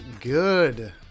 good